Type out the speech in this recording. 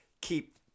keep